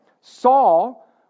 Saul